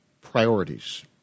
Priorities